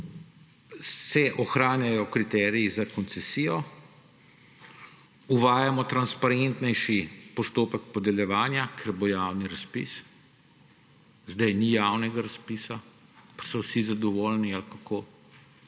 se ohranjajo kriteriji za koncesijo, uvajamo transparentnejši postopek podeljevanja, ker bo javni razpis. Zdaj ni javnega razpisa pa so vsi zadovoljni, ali kako?